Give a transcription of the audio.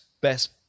best